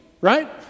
Right